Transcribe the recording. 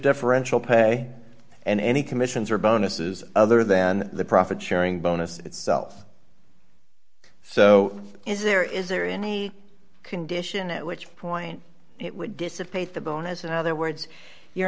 differential pay and any commissions or bonuses other than the profit sharing bonus itself so is there is there any condition at which point it would dissipate the bonus in other words you're